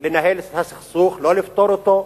לנהל את הסכסוך, לא לפתור אותו.